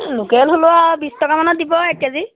local হ'লেও আৰু বিছ টকামানত দিব এক কেজি